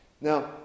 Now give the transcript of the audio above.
Now